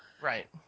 Right